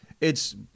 it's-